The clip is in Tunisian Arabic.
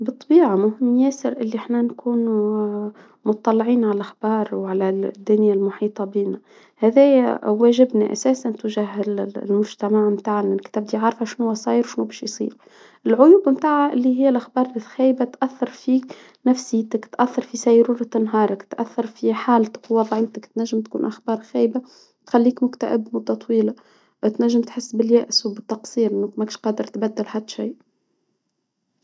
بطبيعة مو هم ياسر اللي إحنا نكونوا متطلعين عالأخبار وعلى الدنيا المحيطة بنا، هذايا واجبنا أساسا تجاه ال-المجتمع تبغي عارفة شنوا صاير شنو وش يصير، العيوب بتاعها اللي هي الأخبار الخايبة تأثر فيك نفسي، ت-تأثر في سيرورة نهارك، تأثر في حالتك، وضعيتك تنجم تكون أخبار خايبة، تخليك مكتئب مدة طويلة. تنجم تحس باليأس وبالتقصير، ماكش قادر تبدل حتى شيء.